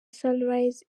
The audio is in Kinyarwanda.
sunrise